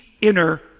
inner